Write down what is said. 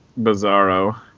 bizarro